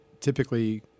Typically